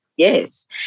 Yes